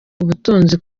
ubutunzi